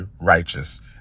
righteous